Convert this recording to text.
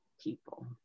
people